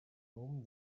home